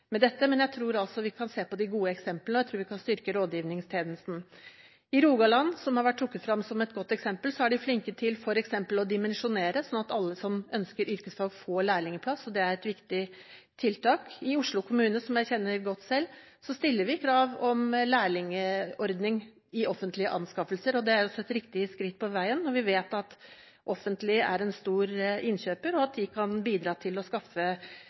kan se på de gode eksemplene, og jeg tror vi kan styrke rådgivningstjenesten. I Rogaland, som har vært trukket frem som et godt eksempel, er de flinke til f.eks. å dimensjonere, slik at alle som ønsker yrkesfag, får lærlingplass, og det er et viktig tiltak. I Oslo kommune, som jeg kjenner godt selv, så stiller vi krav om lærlingordning i offentlige anskaffelser, og det er også et riktig skritt på veien når vi vet at det offentlige er en stor innkjøper, og at de kan bidra til å skaffe